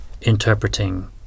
interpreting